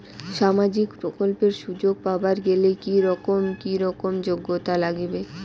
সামাজিক প্রকল্পের সুযোগ পাবার গেলে কি রকম কি রকম যোগ্যতা লাগিবে?